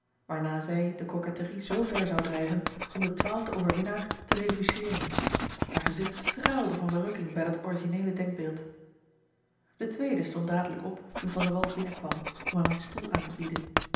waarna zij de coquetterie zoover zou drijven om den twaalfden overwinnaar te refuseren haar gezigt straalde van verrukking bij dat originele denkbeeld de tweede stond dadelijk op toen van de wall binnen kwam om hem een stoel aan te bieden